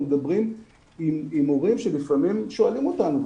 מדברים עם הורים שלפעמים שואלים אותנו,